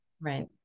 right